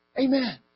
Amen